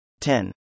10